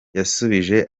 yasubije